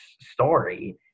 story